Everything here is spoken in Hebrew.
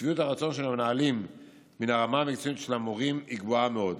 ושביעות הרצון של המנהלים מן הרמה המקצועית של המורים היא גבוהה מאוד.